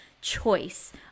choice